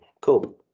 cool